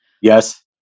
Yes